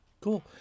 Cool